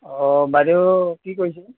অঁ বাইদেউ কি কৰিছে